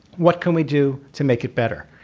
what can we do to make it better?